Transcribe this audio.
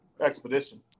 expedition